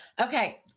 okay